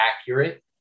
accurate